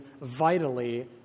vitally